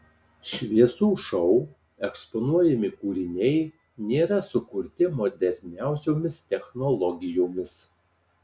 šviesų šou eksponuojami kūriniai nėra sukurti moderniausiomis technologijomis